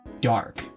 dark